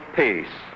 peace